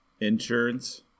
Insurance